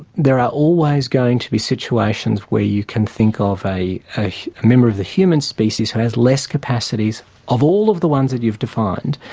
there are always going to be situations where you can think of a member of the human species who has less capacities of all of the ones you've defined,